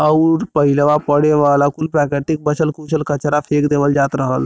अउर पहिलवा पड़े वाला कुल प्राकृतिक बचल कुचल कचरा फेक देवल जात रहल